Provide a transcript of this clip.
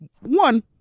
one